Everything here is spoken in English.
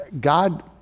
God